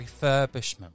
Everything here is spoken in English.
refurbishment